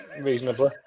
reasonably